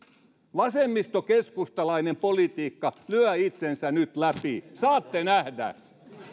vasemmisto keskustalainen politiikka lyö itsensä nyt läpi saatte nähdä